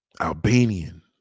Albanian